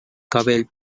cabell